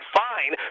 fine